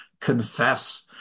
confess